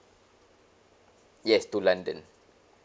yes to london